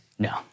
No